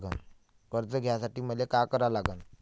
कर्ज घ्यासाठी मले का करा लागन?